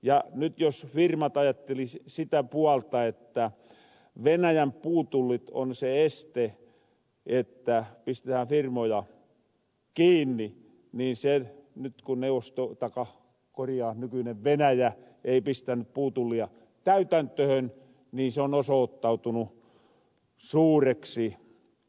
ja nyt jos firmat ajattelis sitä puolta että venäjän puutullit on se este että pistetähän firmoja kiinni ni nyt ku venäjä ei pistäny puutullia täytäntöhön niin se on osoottautunu suureksi mysteeriksi